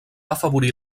afavorir